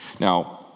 Now